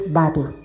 body